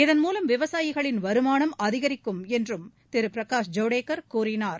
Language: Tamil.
இதன் மூலம் விவசாயிகளின்வருமானம் அதிகரிக்கும் என்றுதிருபிரகாஷ் ஜவடேக்கர் கூறினார்